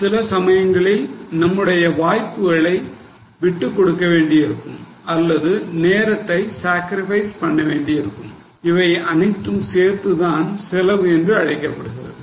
சில சமயங்களில் நம்முடைய வாய்ப்புகளை விட்டுக்கொடுக்க வேண்டியிருக்கும் அல்லது நேரத்தை சாக்ரிஃபைஸ் பண்ண வேண்டியிருக்கும் இவை அனைத்தும் சேர்ந்துதான் செலவு என்று அழைக்கப்படுகிறது